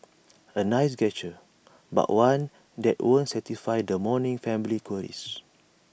A nice gesture but one that won't satisfy the mourning family's queries